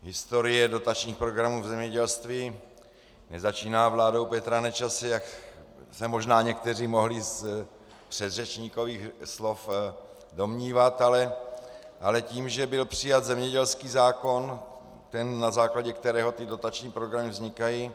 Historie dotačních programů v zemědělství nezačíná vládou Petra Nečase, jak jste se možná někteří mohli z předřečníkových slov domnívat, ale tím, že byl přijat zemědělský zákon, na základě kterého ty dotační programy vznikají.